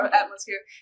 atmosphere